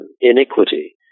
iniquity